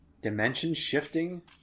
Dimension-shifting